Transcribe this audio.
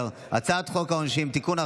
העונשין (תיקון,